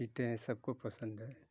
पीते हैं सबको पसंद है